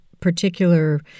particular